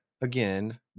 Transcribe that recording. again